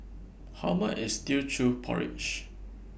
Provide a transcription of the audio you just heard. How much IS Teochew Porridge